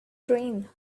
train